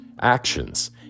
actions